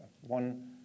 One